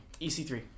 EC3